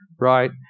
right